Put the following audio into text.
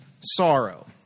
sorrow